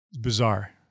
Bizarre